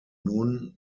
nun